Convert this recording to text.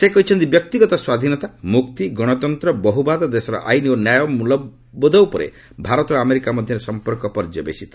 ସେ କହିଛନ୍ତି ବ୍ୟକ୍ତିଗତ ସ୍ୱାଧୀନତା ମୁକ୍ତି ଗଣତନ୍ତ୍ର ବହୁବାଦ ଦେଶର ଆଇନ୍ ଓ ନ୍ୟାୟ ମୂଲ୍ୟବୋଧ ଉପରେ ଭାରତ ଓ ଆମେରିକା ମଧ୍ୟରେ ସମ୍ପର୍କ ପର୍ଯ୍ୟବେସିତ